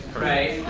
right?